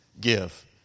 give